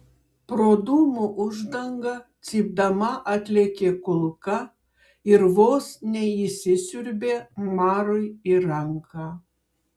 pro dūmų uždangą cypdama atlėkė kulka ir vos neįsisiurbė marui į ranką